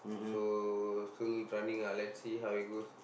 so still running lah let's see how it goes